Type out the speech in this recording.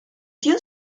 tiu